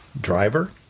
Driver